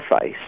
face